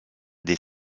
des